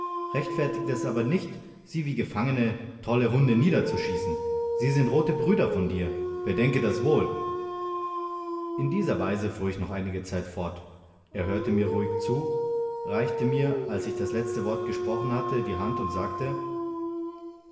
rechtfertigt es aber nicht sie wie gefangene tolle hunde niederzuschießen sie sind rote brüder von dir bedenke das wohl in dieser weise fuhr ich noch einige zeit fort er hörte mir ruhig zu reichte mir als ich das letzte wort gesprochen hatte die hand und sagte